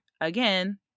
again